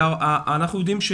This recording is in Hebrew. ואנחנו יודעים,